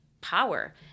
power